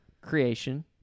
creation